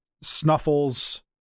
Snuffle's